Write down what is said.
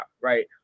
Right